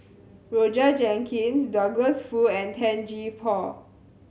Roger Jenkins Douglas Foo and Tan Gee Paw